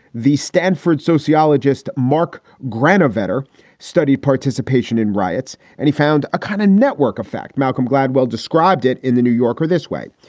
the stanford sociologist mark granovetter study participation in riots, and he found a kind of network effect malcolm gladwell described it in the new yorker this way,